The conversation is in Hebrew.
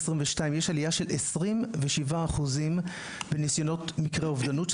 יש עלייה של 27% בניסיונות מקרי אובדנות,